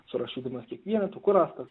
surašydamas kiek vienetų kur rastas